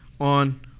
on